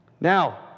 Now